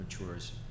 matures